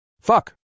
Fuck